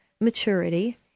maturity